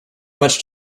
much